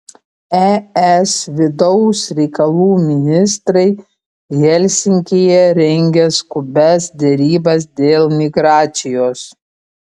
es vidaus reikalų ministrai helsinkyje rengia skubias derybas dėl migracijos